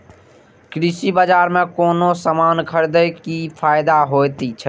कृषि बाजार में कोनो सामान खरीदे के कि फायदा होयत छै?